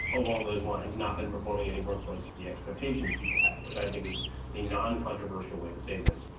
along those lines, not been performing anywhere close to the expectations people had, which i think is the non-controversial way to say this.